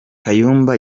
kayumba